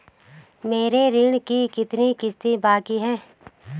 मेरे ऋण की कितनी किश्तें बाकी हैं?